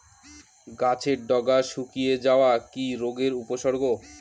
গাছের ডগা শুকিয়ে যাওয়া কি রোগের উপসর্গ?